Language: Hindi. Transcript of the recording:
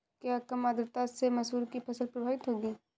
क्या कम आर्द्रता से मसूर की फसल प्रभावित होगी?